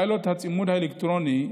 פיילוט הצימוד האלקטרוני,